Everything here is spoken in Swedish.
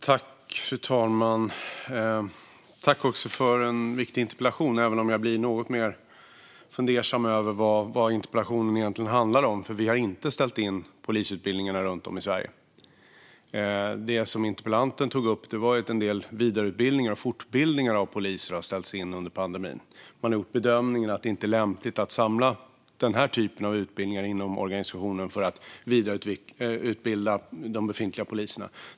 Fru talman! Jag tackar för en viktig interpellation, även om jag blir något mer fundersam över vad interpellationen egentligen handlar om eftersom vi inte har ställt in polisutbildningarna runt om i Sverige. Det som interpellanten tog upp var att en del vidareutbildningar och fortbildningar av poliser har ställts in under pandemin. Man har gjort bedömningen att det inte är lämpligt att samla denna typ av utbildningar inom organisationen för att vidareutbilda de befintliga poliserna.